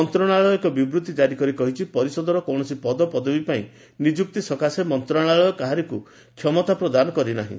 ମନ୍ତ୍ରଣାଳୟ ଏକ ବିବୃତ୍ତି ଜାରି କରି କହିଛି ପରିଷଦର କୌଣସି ପଦପଦବୀ ପାଇଁ ନିଯୁକ୍ତି ସକାଶେ ମନ୍ତ୍ରଣାଳୟ କାହାରିକୁ କ୍ଷମତା ପ୍ରଦାନ କରିନାହିଁ